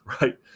right